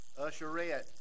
usherette